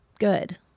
good